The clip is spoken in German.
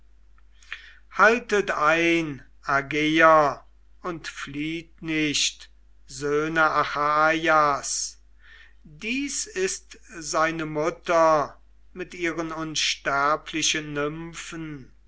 haltet ein argeier und flieht nicht söhne achaias dies ist seine mutter mit ihren unsterblichen nymphen